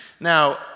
Now